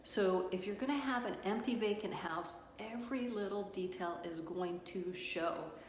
so if you're going to have an empty vacant house every little detail is going to show.